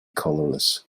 colourless